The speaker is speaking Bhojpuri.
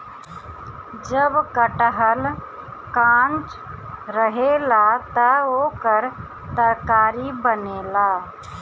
जब कटहल कांच रहेला त ओकर तरकारी बनेला